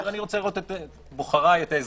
הוא יגיד: אני רוצה לראות את בוחריי, את האזרחים.